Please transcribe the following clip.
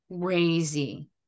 crazy